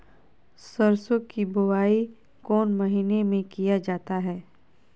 सरसो की बोआई कौन महीने में किया जाता है?